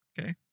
okay